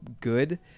good